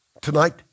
Tonight